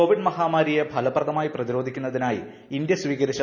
Covid മഹാമാരിയെ ഫലപ്രദമായി പ്രതിരോധിക്കുന്നതിനായി ഇന്ത്യാ സ്വീകരിച്ചു